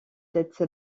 cette